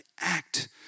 act